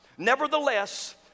Nevertheless